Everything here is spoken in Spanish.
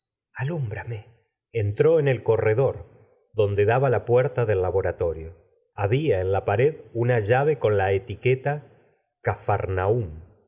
alúmbrame entró en el corredor donde daba la puerta del la señora de bovary laboratorio había en la pared una llave con la